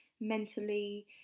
mentally